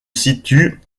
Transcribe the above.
situe